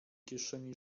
kieszeni